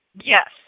Yes